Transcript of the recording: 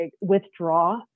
withdraw